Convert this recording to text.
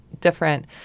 different